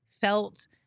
felt